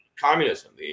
communism